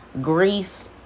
grief